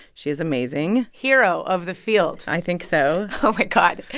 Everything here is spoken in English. she is amazing hero of the field i think so oh, my god.